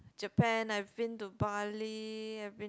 Japan I've been to Bali I've been